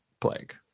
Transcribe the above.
plague